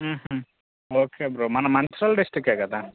okay bro మనం మంచిర్యాల డిస్ట్రిక్కే కదా